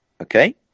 okay